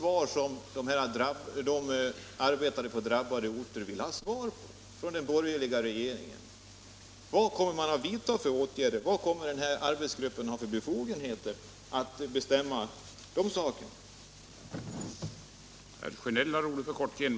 Vad kommer arbetsgruppen att ha för befogenheter och vad kommer man att vidta för åtgärder? Det är frågor som arbetarna på de drabbade orterna vill ha svar på från den borgerliga regeringen.